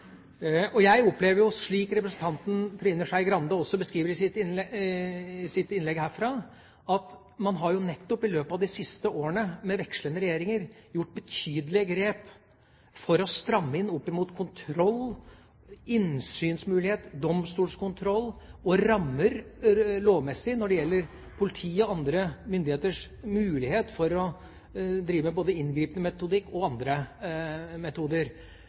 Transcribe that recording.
Jeg opplever jo, slik også representanten Trine Skei Grande beskriver i sitt innlegg, at man nettopp i løpet av de siste årene med vekslende regjeringer har gjort betydelige grep for å stramme inn når det gjelder kontroll, innsynsmulighet, domstolskontroll og lovmessige rammer for politiets og andre myndigheters mulighet for både inngripende metodikk og andre metoder.